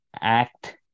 act